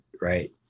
right